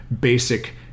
basic